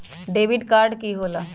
Debit card की होला?